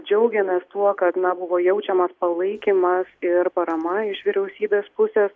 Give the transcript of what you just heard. džiaugiamės tuo kad na buvo jaučiamas palaikymas ir parama iš vyriausybės pusės